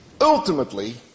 ultimately